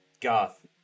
goth